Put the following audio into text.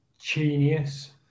genius